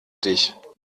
dich